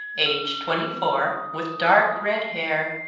aged twenty-four, with dark red hair,